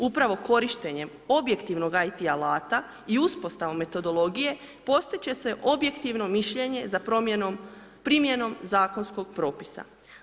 Upravo korištenjem objektivnog IT alata i uspostavom metodologije postići će se objektivno mišljenje za primjenom zakonskog propisa.